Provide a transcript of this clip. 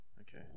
okay